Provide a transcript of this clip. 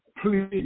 please